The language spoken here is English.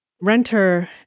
renter